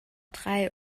drei